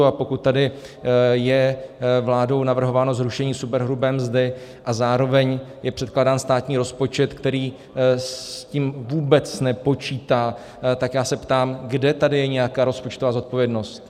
A pokud tady je vládou navrhováno zrušení superhrubé mzdy a zároveň je předkládán státní rozpočet, který s tím vůbec nepočítá, tak já se ptám, kde tady je nějaká rozpočtová zodpovědnost.